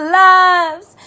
lives